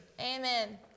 Amen